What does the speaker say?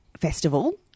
festival